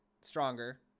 stronger